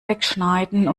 wegschneiden